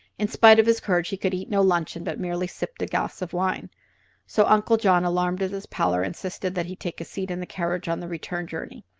in spite of his courage he could eat no luncheon, but merely sipped a glass of wine so uncle john, alarmed at his pallor, insisted that he take a seat in the carriage on the return journey.